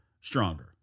stronger